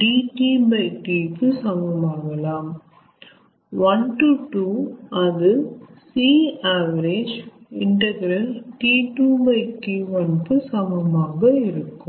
dTT கு சமமாகலாம் 1 to 2 அது Cavg ln T2T1 கு சமமாக இருக்கும்